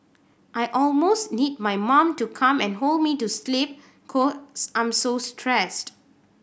I almost need my mom to come and hold me to sleep cause I'm so stressed